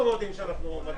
מי